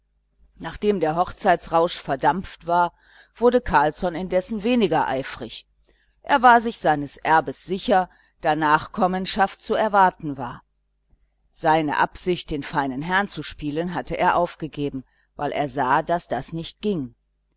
nachdem der hochzeitsrausch verdampft war wurde carlsson indessen weniger eifrig er war seines erbes sicher da nachkommenschaft zu erwarten war seine absicht den feinen herrn zu spielen hatte er aufgegeben weil er sah daß das nicht ging